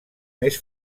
més